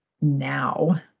now